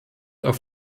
auf